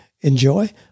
enjoy